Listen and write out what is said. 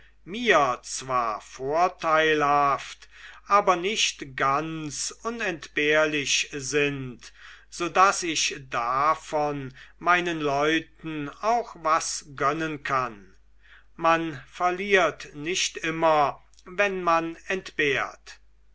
mir zwar vorteilhaft aber nicht ganz unentbehrlich sind so daß ich davon meinen leuten auch was gönnen kann man verliert nicht immer wenn man entbehrt